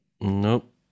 Nope